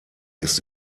ist